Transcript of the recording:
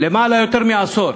יותר מעשור,